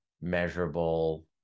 measurable